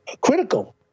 critical